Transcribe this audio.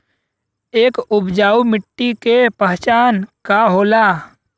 एक उपजाऊ मिट्टी के पहचान का होला?